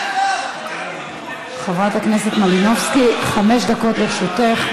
חברת הכנסת מלינובסקי, חמש דקות לרשותך.